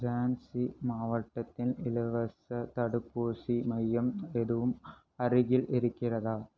ஜான்சி மாவட்டத்தின் இலவசத் தடுப்பூசி மையம் எதுவும் அருகில் இருக்கிறதா